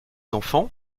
enfants